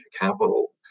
capital